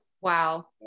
wow